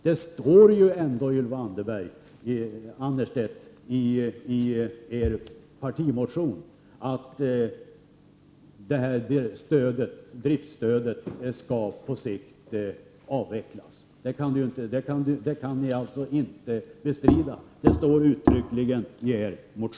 Det står ändock i er partimotion, Ylva Annerstedt, att driftsstödet skall avvecklas på sikt.